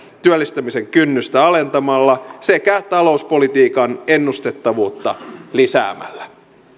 työllistämisen kynnystä alentamalla sekä talouspolitiikan ennustettavuutta lisäämällä